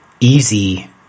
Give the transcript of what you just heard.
Easy